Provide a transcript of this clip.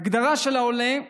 ההגדרה של העולה שנקבעה: